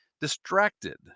distracted